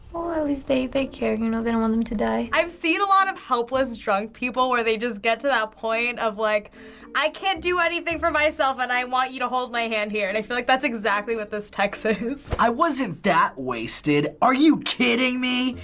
least they they care. you know they don't want him to die. i've seen a lot of helpless drunk people where they just get to that point of like i can't do anything for myself and i want you to hold my hand here. and i feel like that's exactly what this text is. i wasn't that wasted. are you kidding me?